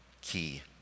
key